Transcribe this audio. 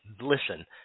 listen